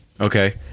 Okay